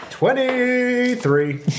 Twenty-three